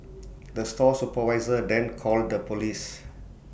the store supervisor then called the Police